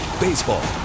Baseball